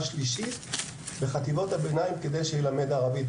שלישית בחטיבות הביניים כדי שילמד ערבית.